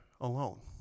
alone